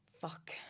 fuck